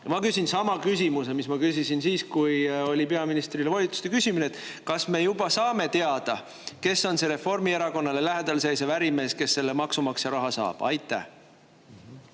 Ma küsin sama küsimuse, mis ma küsisin siis, kui oli peaministrile volituste küsimine – kas me juba saame teada, kes on see Reformierakonnale lähedal seisev ärimees, kes selle maksumaksja raha saab? Aitäh!